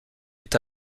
est